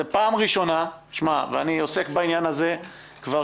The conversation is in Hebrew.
זו פעם ראשונה שאני שומע את זה.